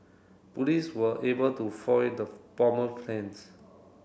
police were able to foil the bomber's plans